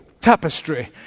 tapestry